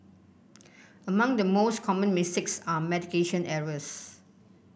among the most common mistakes are medication errors